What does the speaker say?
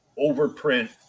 overprint